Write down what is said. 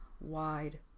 wide